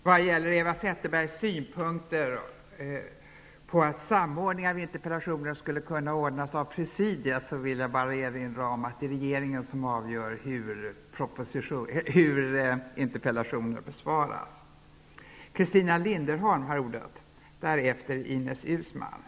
När det gäller Eva Zetterbergs synpunkter på att en samordning av interpellationer skulle kunna ordnas av presidiet, vill jag bara erinra om att det är regeringen som avgör hur interpellationer besvaras.